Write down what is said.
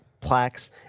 plaques